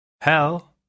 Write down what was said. hell